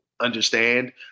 understand